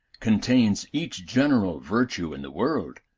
contains each general virtue in the world.